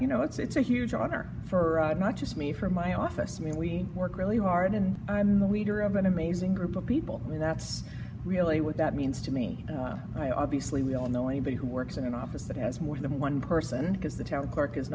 know it's a huge honor for not just me from my office mean we work really hard and i'm the leader of an amazing group of people and that's really what that means to me i obviously we all know anybody who works in an office that has more than one person because the town clerk is